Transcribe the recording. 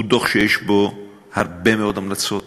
הוא דוח שיש בו הרבה מאוד המלצות,